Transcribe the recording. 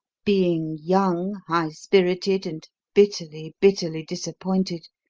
being young, high-spirited, and bitterly, bitterly disappointed,